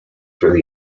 through